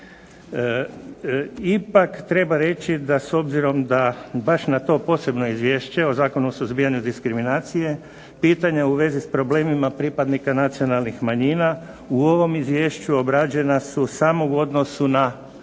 Ipak treba reći da s obzirom da baš na to posebno Izvješće o Zakonu o suzbijanju diskriminacije pitanja u vezi s problemima pripadnika nacionalnih manjina u ovom izvješću obrađena su samo u odnosu na